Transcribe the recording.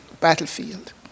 battlefield